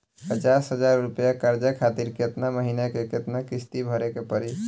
पचास हज़ार रुपया कर्जा खातिर केतना महीना केतना किश्ती भरे के पड़ी?